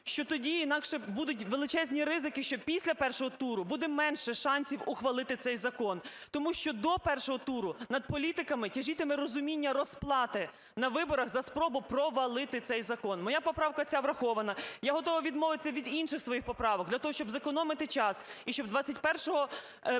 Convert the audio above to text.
що тоді інакше будуть величезні ризики, що після першого туру буде менше шансів ухвалити цей закон, тому що до першого туру над політиками тяжітиме розуміння розплати на виборах за спробу провалити цей закон. Моя поправка ця врахована. І я готова відмовитися від інших своїх поправок для того, щоб зекономити час, і щоб 31 березня